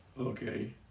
Okay